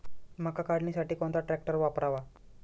मका काढणीसाठी कोणता ट्रॅक्टर वापरावा?